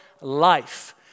life